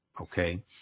Okay